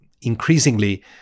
increasingly